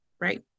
Right